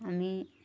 আমি